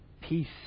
peace